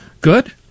Good